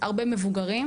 הרבה מאוד מבוגרים,